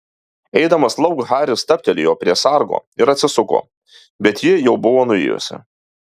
eidamas lauk haris stabtelėjo prie sargo ir atsisuko bet ji jau buvo nuėjusi